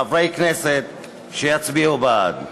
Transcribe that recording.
חברי כנסת שיצביעו בעד.